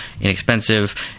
inexpensive